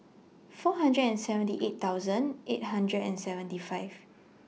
four hundred and seventy eight thousand eight hundred and seventy five